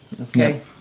Okay